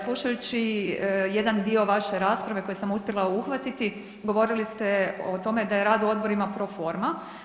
Slušajući jedan dio vaše rasprave koji sam uspjela uhvatiti, govorili s te o tome da je rad u odborima pro forma.